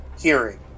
hearing